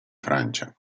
francia